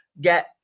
get